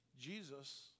Jesus